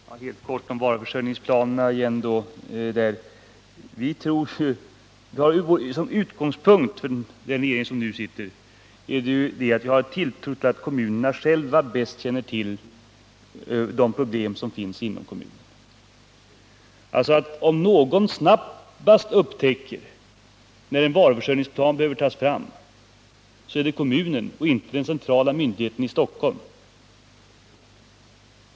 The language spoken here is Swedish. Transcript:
Herr talman! Helt kort om varuförsörjningsplanerna: Utgångspunkten för den nuvarande regeringen är att vi har tilltro till att kommunerna själva bäst känner till de problem som finns inom kommunerna. Om någon snabbt upptäcker när en varuförsörjningsplan behöver tas fram, så är det kommunen och inte den centrala myndigheten i Stockholm.